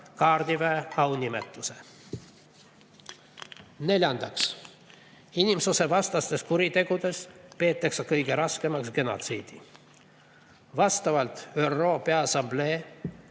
kaardiväe aunimetuse. Neljandaks, inimsusevastastes kuritegudes peetakse kõige raskemaks genotsiidi. Vastavalt ÜRO Peaassamblee